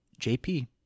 JP